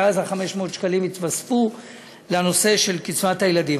ואז 500 השקלים יתווספו לנושא של קצבת הילדים.